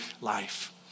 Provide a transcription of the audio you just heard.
life